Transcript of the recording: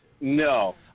No